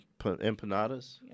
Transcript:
empanadas